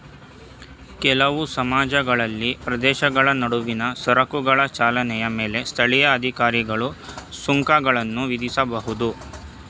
ಕೆಲವು ಸಮಾಜಗಳಲ್ಲಿ ಪ್ರದೇಶಗಳ ನಡುವಿನ ಸರಕುಗಳ ಚಲನೆಯ ಮೇಲೆ ಸ್ಥಳೀಯ ಅಧಿಕಾರಿಗಳು ಸುಂಕಗಳನ್ನ ವಿಧಿಸಬಹುದು